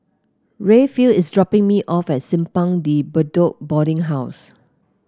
Rayfield is dropping me off at Simpang De Bedok Boarding House